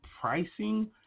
pricing